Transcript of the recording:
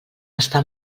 està